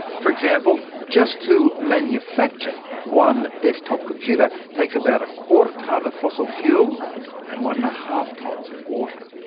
for example, just to manufacture one desktop computer takes about a quarter-tonne of fossil fuel and one-and-a-half tonnes of water.